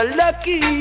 lucky